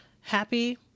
happy